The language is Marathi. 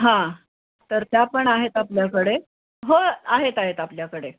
हां तर त्या पण आहेत आपल्याकडे होय आहेत आहेत आपल्याकडे